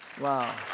Wow